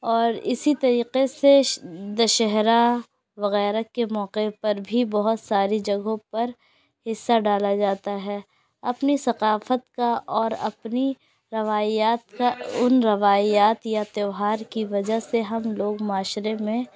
اور اسی طریقے سے دشہرا وغیرہ کے موقع پر بھی بہت ساری جگہوں پر حصہ ڈالا جاتا ہے اپنی ثقافت کا اور اپنی روایات کا ان روایات یا تہوار کی وجہ سے ہم لوگ معاشرے میں